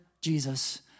Jesus